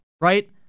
right